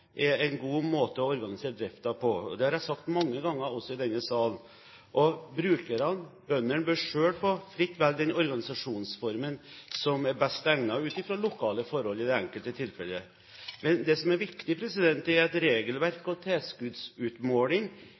er en god måte å organisere driften på. Det har jeg sagt mange ganger, også i denne sal. Og brukerne, bøndene, bør selv fritt få velge den organisasjonsformen som er best egnet, ut fra lokale forhold i det enkelte tilfellet. Men det som er viktig, er at regelverk og tilskuddsutmåling